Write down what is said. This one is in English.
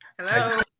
Hello